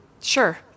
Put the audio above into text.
Sure